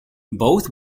both